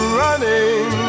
running